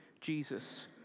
Jesus